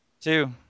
Two